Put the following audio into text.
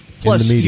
Plus